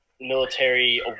military